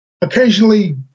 occasionally